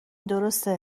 درسته